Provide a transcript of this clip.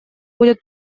будет